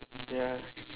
ya